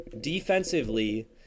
defensively